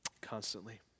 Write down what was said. Constantly